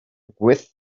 with